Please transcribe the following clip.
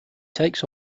takes